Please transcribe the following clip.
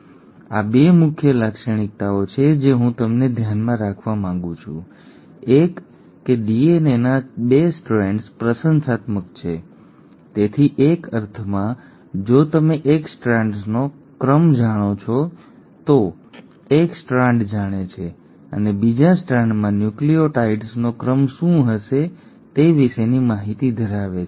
તેથી આ તે છે આ 2 મુખ્ય લાક્ષણિકતાઓ છે જે હું તમને ધ્યાનમાં રાખવા માંગું છું એક કે ડીએનએના 2 સ્ટ્રેન્ડ્સ પ્રશંસાત્મક છે તેથી એક અર્થમાં જો તમે એક સ્ટ્રાન્ડનો ક્રમ જાણો છો તો એક સ્ટ્રાન્ડ જાણે છે અને બીજા સ્ટ્રાન્ડમાં ન્યુક્લિઓટાઇડ્સનો ક્રમ શું હશે તે વિશેની માહિતી ધરાવે છે